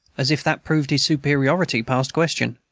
as if that proved his superiority past question.